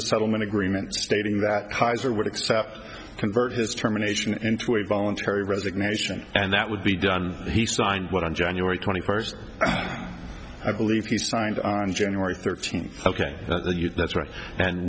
the settlement agreement dating that hisor would accept convert his terminations into a voluntary resignation and that would be done he signed what on january twenty first i believe he signed on january thirteenth ok that's right and